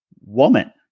woman